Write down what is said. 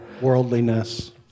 worldliness